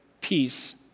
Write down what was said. peace